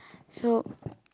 so